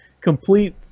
complete